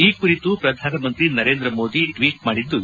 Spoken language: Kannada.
ಈ ಕುರಿತು ಪ್ರಧಾನಮಂತ್ರಿ ನರೇಂದ್ರ ಮೋದಿ ಟ್ವೀಟ್ ಮಾಡಿದ್ದು